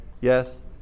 yes